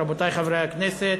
גברתי היושבת-ראש, רבותי חברי הכנסת,